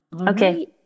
Okay